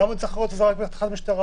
למה הוא צריך לראות את זה רק בתחנת משטרה?